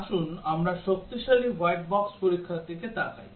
আসুন আমরা শক্তিশালী হোয়াইট বক্স পরীক্ষার দিকে তাকাই